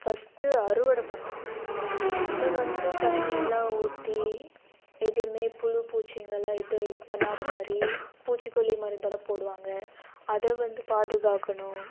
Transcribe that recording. first அறுவடை பண்ணணும் அதை வந்து தண்ணி எல்லாம் ஊற்றி எதுவுமே புழு பூச்சிங்கள் எல்லாம் எதுவும் பண்ணாதமாதிரி பூச்சிக்கொல்லி மருந்து எல்லாம் போடுவாங்க அதை வந்து பாதுகாக்கணும்